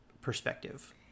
Perspective